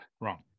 Wrong